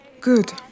Good